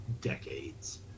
decades